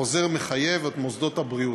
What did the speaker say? החוזר מחייב את מוסדות הבריאות,